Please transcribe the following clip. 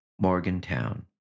Morgantown